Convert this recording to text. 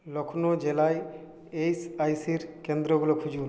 লখনউ জেলায় S I সির কেন্দ্রগুলো খুঁজুন